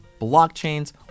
blockchains